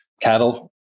cattle